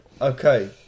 Okay